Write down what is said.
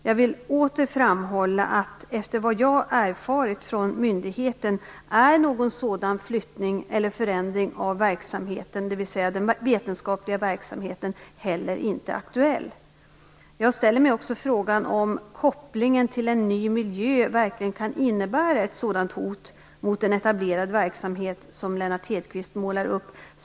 Jag vill åter framhålla att enligt vad jag erfarit från myndigheten är någon sådan flyttning eller förändring av den vetenskapliga verksamheten heller inte aktuell. Jag ställer mig också frågan om kopplingen till en ny miljö verkligen kan innebära ett sådant hot mot en etablerad verksamhet som Lennart Hedquist målar upp.